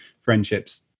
friendships